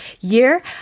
year